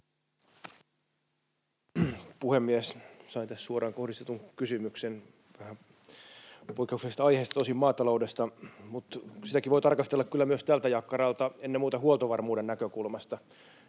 Puhemies! Sain tässä suoraan kohdistetun kysymyksen — vähän poikkeuksellisesta aiheesta tosin, maataloudesta. Mutta sitäkin voi tarkastella kyllä myös tältä jakkaralta ennen muuta huoltovarmuuden näkökulmasta.